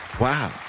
Wow